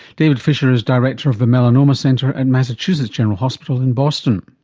david fisher is director of the melanoma center at massachusetts general hospital in boston.